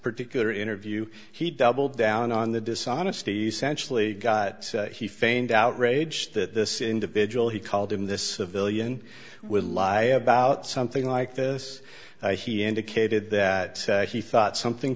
particular interview he doubled down on the dishonesty essentially got he feigned outrage that this individual he called him this villian would lie about something like this he indicated that he thought something